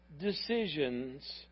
decisions